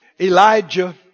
Elijah